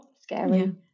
scary